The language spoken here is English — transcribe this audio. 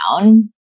down